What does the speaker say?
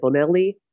Bonelli